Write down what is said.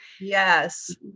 Yes